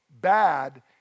bad